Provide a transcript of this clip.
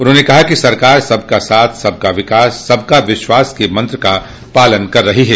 उन्होंने कहा कि सरकार सबका साथ सबका विकास सबका विश्वास के मंत्र का पालन कर रही है